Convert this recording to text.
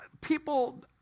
People